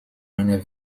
einer